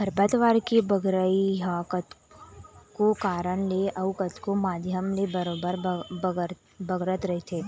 खरपतवार के बगरई ह कतको कारन ले अउ कतको माध्यम ले बरोबर बगरत रहिथे